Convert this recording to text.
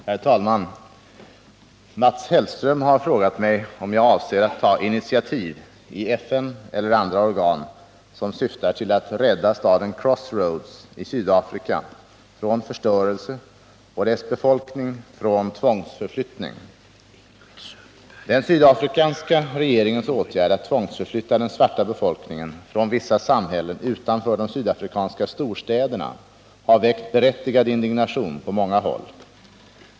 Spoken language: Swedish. Herr talman! Mats Hellström har frågat mig om jag avser att ta initiativ — i FN eller andra organ — som syftar till att rädda staden Crossroads i Sydafrika från förstörelse och dess befolkning från tvångsförflyttning. Den sydafrikanska regeringens åtgärd att tvångsförflytta den svarta befolkningen från vissa samhällen utanför de sydafrikanska storstäderna har väckt berättigad indignation på många håll.